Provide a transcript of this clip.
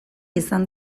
izan